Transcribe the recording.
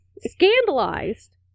Scandalized